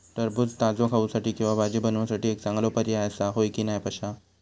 टरबूज ताजो खाऊसाठी किंवा भाजी बनवूसाठी एक चांगलो पर्याय आसा, होय की नाय पश्या?